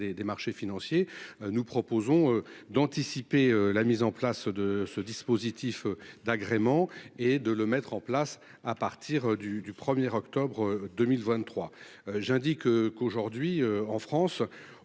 des marchés financiers. Nous proposons d'anticiper la mise en place de ce dispositif d'agrément et de le mettre en place à partir du, du premier octobre 2023, j'indique qu'aujourd'hui en France